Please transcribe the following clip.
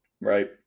Right